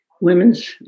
women's